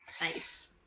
nice